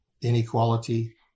inequality